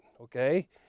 Okay